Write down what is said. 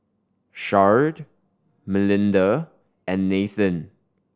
Sharde Melinda and Nathen